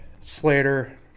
Slater